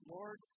Lord